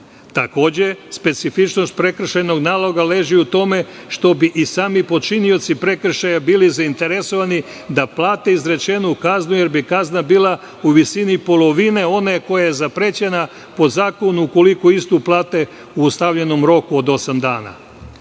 kazne. Takođe, specifičnost prekršajnog naloga leži u tome što bi i sami počinioci prekršaja bili zainteresovani da plate izrečenu kaznu, jer bi kazna bila u visini polovine one koja je zaprećena po zakonu ukoliko istu plate u ostavljenom roku od osam dana